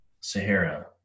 sahara